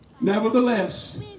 Nevertheless